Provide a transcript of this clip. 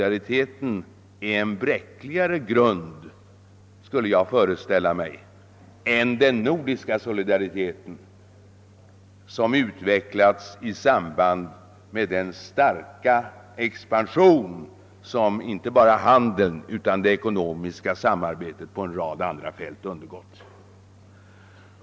Jag föreställer mig ändå att EFTA-solidariteten är bräckligare än den nordiska solidaritet som har utvecklats i samband med den starka expansion som samarbetet inte bara på handelns område utan också på en rad andra fält har undergått.